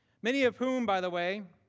many of whom, by the way,